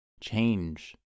change